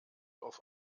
auf